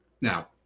Now